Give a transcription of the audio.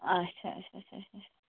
اَچھا اَچھا اَچھا اَچھا